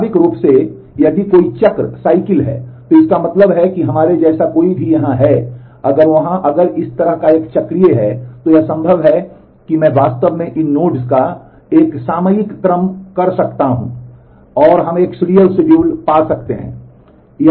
स्वाभाविक रूप से यदि कोई चक्र है तो इसका मतलब है कि हमारे जैसा कोई भी यहाँ है अगर वहाँ अगर यह इस तरह एक चक्रीय है तो यह संभव है कि मैं वास्तव में इन नोड्स का एक सामयिक क्रम कर सकता हूं और हम एक सीरियल शेड्यूल पा सकते हैं